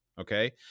Okay